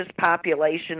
population